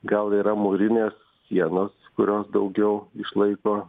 gal yra mūrinės sienos kurios daugiau išlaiko